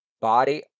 Body